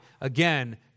Again